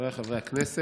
חבריי חברי הכנסת,